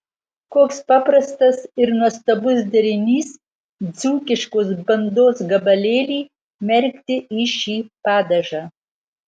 koks paprastas ir nuostabus derinys dzūkiškos bandos gabalėlį merkti į šį padažą